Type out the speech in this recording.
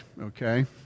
okay